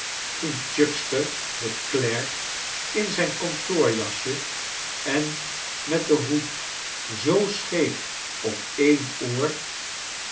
toen chuckster de klerk in zijn kantoorjasje en met den hoed zoo scheef op een oor